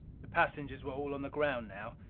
the passengers were all on the ground now.